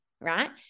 right